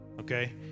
okay